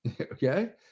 Okay